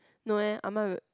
no eh I'm not